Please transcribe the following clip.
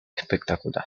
espectacular